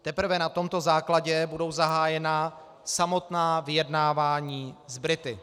Teprve na tomto základě budou zahájena samotná vyjednávání s Brity.